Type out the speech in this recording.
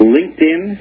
LinkedIn